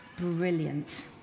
Brilliant